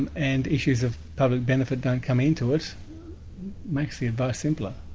and and issues of public benefit don't come into it makes the advice simpler.